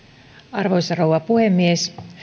arvoisa rouva puhemies